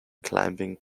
climbing